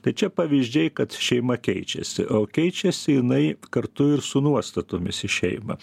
tai čia pavyzdžiai kad šeima keičiasi o keičiasi jinai kartu ir su nuostatomis į šeimą